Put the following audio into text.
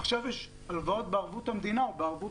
עכשיו יש הלוואות בערבות המדינה או בערבות